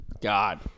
God